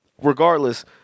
regardless